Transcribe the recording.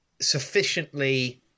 sufficiently